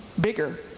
bigger